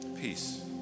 Peace